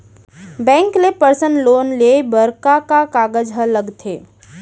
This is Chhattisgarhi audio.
बैंक ले पर्सनल लोन लेये बर का का कागजात ह लगथे?